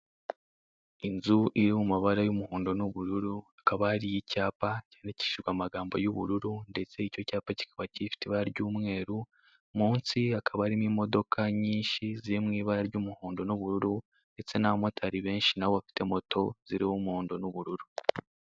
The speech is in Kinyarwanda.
Inzu iri mu mabara y'umuhondo n'ubururu ikaba hariho icyapa cyandikishije amabara y'umuhondo n'ubururu n'icyapa cyandkishije amagambo y'ubururu icyo cyapa gifite ibara ry'umweru munsi hakaba hari imodoka nyishi ziri mu ibara ry'umuhondo n'ubururu, ndetse n'abamotari benshi bafite moto ziriho amabara y'umuhondo n'ubururu.